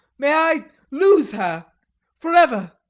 may i lose her for ever!